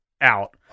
out